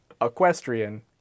equestrian